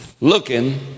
looking